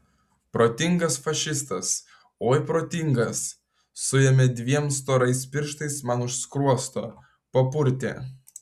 protingas fašistas oi protingas suėmė dviem storais pirštais man už skruosto papurtė